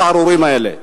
הסהרוריים האלה.